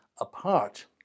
apart